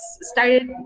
started